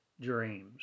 dreams